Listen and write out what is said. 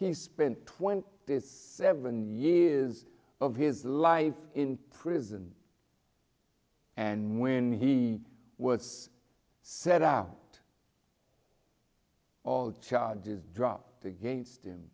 he spent twenty seven years of his life in prison and when he was set out all charges dropped against him